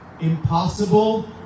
impossible